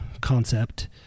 concept